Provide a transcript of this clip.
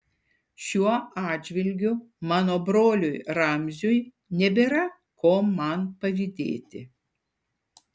šiuo atžvilgiu mano broliui ramziui nebėra ko man pavydėti